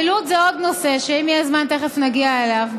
החילוט זה עוד נושא, ואם יהיה זמן, תכף נגיע אליו.